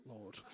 lord